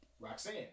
Roxanne